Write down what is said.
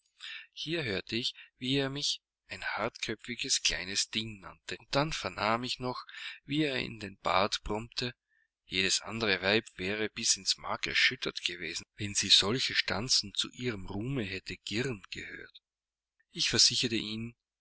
hier hörte ich wie er mich ein hartköpfiges kleines ding nannte und dann vernahm ich noch wie er in den bart brummte jedes andere weib wäre bis ins mark erschüttert gewesen wenn sie solche stanzen zu ihrem ruhme hätte girren gehört ich versicherte ihn